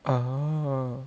oo